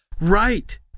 right